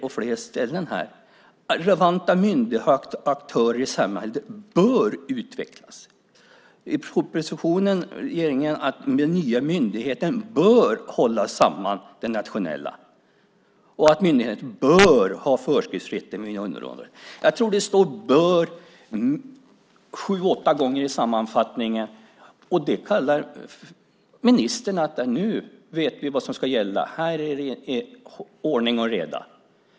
"Sektorsövergripande samordning hos relevanta myndigheter och aktörer i samhället, bör utvecklas." I propositionen skriver regeringen att den nya myndigheten bör hålla samman det nationella och att den bör ha föreskriftsrätt. Jag tror att det står "bör" på sju åtta ställen i sammanfattningen. Och detta kallar ministern för att vi vet vad som ska gälla och att det är ordning och reda!